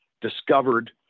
discovered